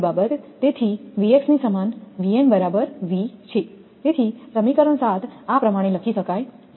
તેથી 𝑉 ની સમાન 𝑉𝑛 છે તેથી સમીકરણ 7 આ પ્રમાણે લખી શકાય છે